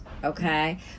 okay